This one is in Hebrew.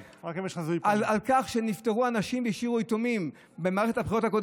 על כך שנפטרו אנשים והשאירו יתומים במערכת הבחירות הקודמת.